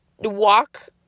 Walk